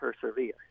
persevere